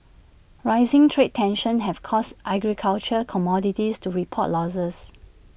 rising trade tensions have caused agricultural commodities to report losses